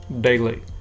daily